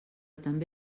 també